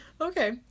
Okay